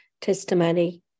testimony